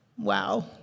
Wow